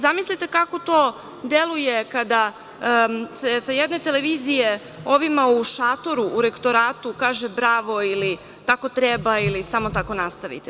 Zamislite kako to deluje kada se sa jedne televizije ovima u šatoru u Rektoratu kaže „bravo“ ili „tako treba“ ili „samo tako nastavite“